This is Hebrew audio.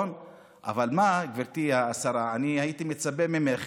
אבל מה, גברתי השרה, אני הייתי מצפה ממך